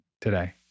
today